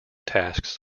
tasks